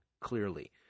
clearly